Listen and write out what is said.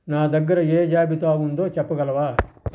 నా దగ్గర ఏ జాబితా ఉందో చెప్పగలవా